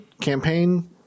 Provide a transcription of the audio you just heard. campaign